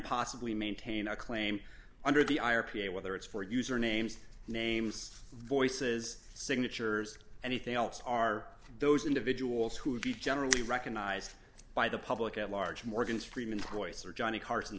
possibly maintain a claim under the i r p a whether it's for user names names voices signatures anything else are those individuals who are generally recognized by the public at large morgan freeman voice or johnny carson